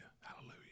hallelujah